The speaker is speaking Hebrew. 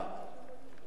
גברתי היושבת-ראש,